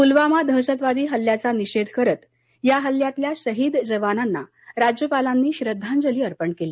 पूलवामा दहशतवादी हल्ल्याघा निषेध करत या हल्ल्यातल्या शहीद जवानांना राज्यपालांनी श्रद्वांजली अर्पण केली